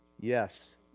Yes